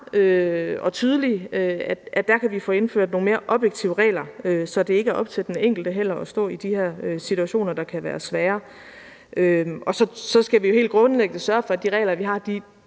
og tydelige. Der kan vi få indført nogle mere objektive regler, så det heller ikke er op til den enkelte at stå i de her situationer, der kan være svære. Så skal vi jo helt grundlæggende sørge for, at de regler, vi har, er